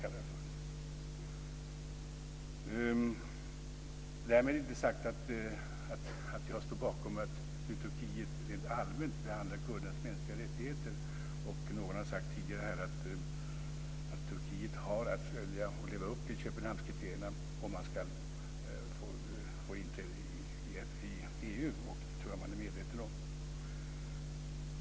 Därmed är det inte sagt att jag står bakom hur Turkiet rent allmänt behandlar kurderna när det gäller mänskliga rättigheter. Någon har sagt tidigare att Turkiet har att följa och leva upp till Köpenhamnskriterierna om man ska få inträde i EU. Det tror jag att man är medveten om.